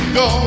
go